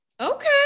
Okay